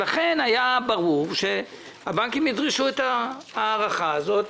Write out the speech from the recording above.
לכן, היה ברור שהבנקים ידרשו את ההארכה הזו.